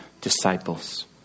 disciples